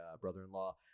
brother-in-law